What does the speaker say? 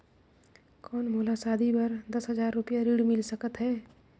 कौन मोला शादी बर दस हजार रुपिया ऋण मिल सकत है?